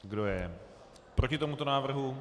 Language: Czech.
Kdo je proti tomuto návrhu?